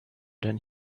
than